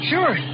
Sure